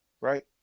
Right